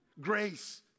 Grace